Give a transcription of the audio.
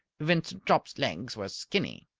vincent jopp's legs were skinny.